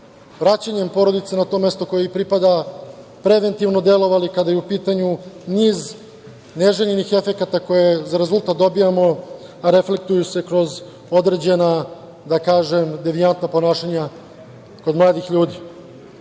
vraćanjem porodice na to mesto koje joj pripada preventivno delovali kada je u pitanju niz neželjenih efekata koje za rezultat dobijamo, a reflektuju se kroz određena, da kažem, devijantna ponašanja kod mladih ljudi. Mislim